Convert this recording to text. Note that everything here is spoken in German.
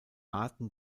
arten